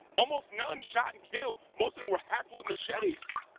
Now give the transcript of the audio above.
almost none shot and killed, most of them were hacked with machetes.